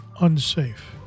unsafe